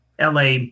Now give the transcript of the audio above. LA